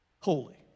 Holy